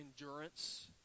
endurance